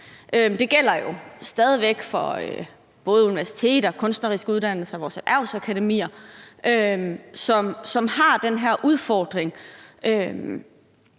Det gælder jo stadig væk for både universiteter, kunstneriske uddannelser og vores erhvervsakademier, som har den her udfordring.